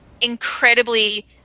incredibly